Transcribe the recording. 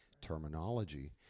terminology